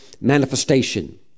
manifestation